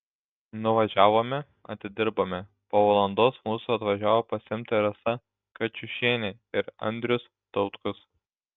nuvažiavome atidirbome po valandos mūsų atvažiavo pasiimti rasa kačiušienė ir andrius tautkus